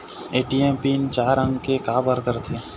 ATM PIN चार अंक के का बर करथे?